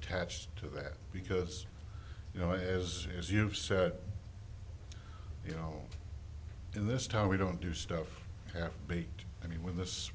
attached to that because you know as as you said you know in this town we don't do stuff half baked i mean when this